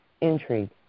intrigue